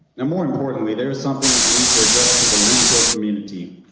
and more importantly, there is something i need to address to the linfield community,